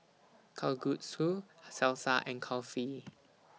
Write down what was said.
Kalguksu Salsa and Kulfi